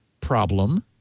problem